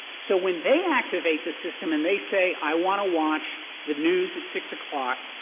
so when they activate the system and they say, i want to watch the news at six o'clock,